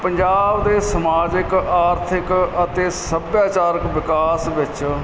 ਪੰਜਾਬ ਦੇ ਸਮਾਜਿਕ ਆਰਥਿਕ ਅਤੇ ਸਭਿਆਚਾਰਕ ਵਿਕਾਸ ਵਿੱਚ